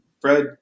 Fred